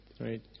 Right